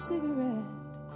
Cigarette